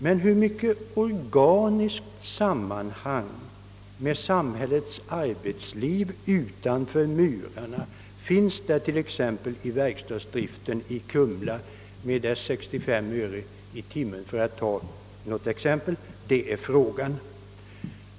Men hur mycket organiskt samband med samhällets liv utanför murarna finns det i t.ex. verkstadsdriften i Kumla, där timpenningen är 65 öre?